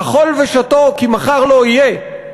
אכול ושתֹה כי מחר לא יהיה,